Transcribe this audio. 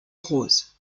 rose